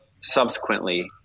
subsequently